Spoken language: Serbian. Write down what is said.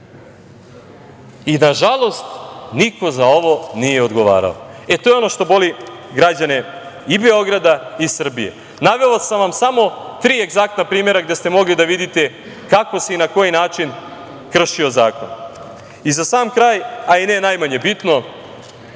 evra. Nažalost, niko za ovo nije odgovarao. E to je ono što boli građane i Beograda i Srbije. Naveo sam vam samo tri egzaktna primera gde ste mogli da vidite kako se i na koji način kršio zakon.Za sam kraj, ali ne najmanje bitno.